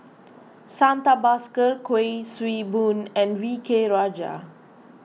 Santha Bhaskar Kuik Swee Boon and V K Rajah